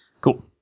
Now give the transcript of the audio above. Cool